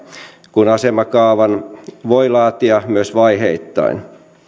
kun asemakaavan voi laatia myös vaiheittain